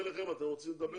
נעביר.